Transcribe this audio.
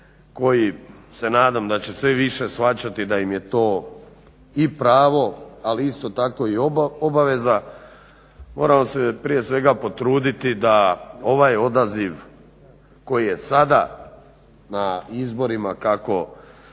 koji se nadam da će sve više shvaćati da im je to i pravo ali isto tako i obaveza. Moramo se prije svega potruditi da ovaj odaziv koji je sada na izborima kako